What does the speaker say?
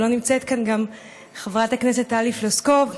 ולא נמצאת כאן גם חברת כנסת טלי פלוסקוב.